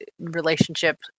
relationship